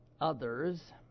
others